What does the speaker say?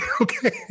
Okay